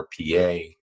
rpa